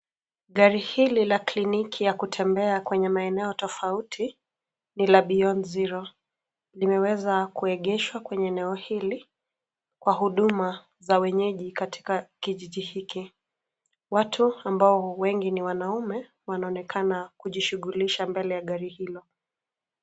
Gari hili la kliniki ya kutembea kwenye maeneo tofauti ni la Beyond Zero, limeweza kuegeshwa kwenye eneo hili kwa huduma za wenyeji katika kijiji hiki. Watu ambao wengi ni wanaume wanaonekana kujishughulisha mbele ya gari hilo.